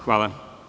Hvala.